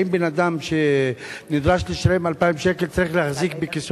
האם בן-אדם שנדרש לשלם 2,000 שקל צריך להחזיק בכיסו